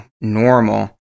normal